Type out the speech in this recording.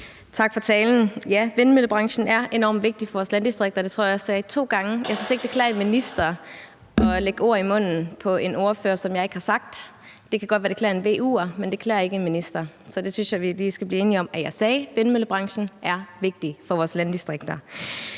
Tak for talen. Ja, vindmøllebranchen er enormt vigtig for vores landdistrikter, og det tror jeg også jeg sagde to gange. Jeg synes ikke, det klæder en minister at lægge ord i munden på en ordfører, som vedkommende ikke har sagt. Det kan godt være, at det klæder en VU'er, men det klæder ikke en minister. Så jeg synes lige, at vi skal blive enige om, at jeg sagde, at vindmøllebranchen er vigtig for vores landdistrikter.